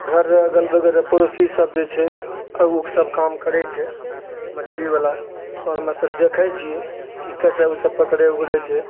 घर रऽ अगल बगलरो पड़ोसी सभ जे छै उ सभ काम करै छै मछलीवला आओर हमे सभ देखै छियै कि कैसे उ सभ पकड़ै उकड़ै छै